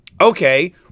Okay